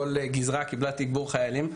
כל גזרה קיבלה תגבור חיילים.